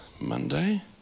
Monday